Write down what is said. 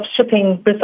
shipping